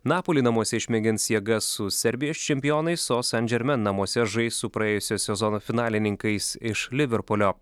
napoli namuose išmėgins jėgas su serbijos čempionais o san žermen namuose žais su praėjusio sezono finalininkais iš liverpulio